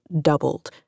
doubled